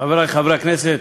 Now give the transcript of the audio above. חברי חברי הכנסת,